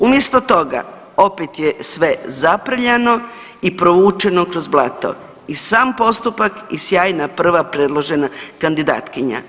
Umjesto toga, opet je sve zaprljano i provučeno kroz blato i sam postupak i sjajna prva predložena kandidatkinja.